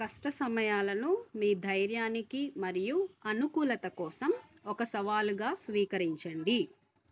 కష్ట సమయాలను మీ ధైర్యానికి మరియు అనుకూలత కోసం ఒక సవాలుగా స్వీకరించండి